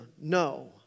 No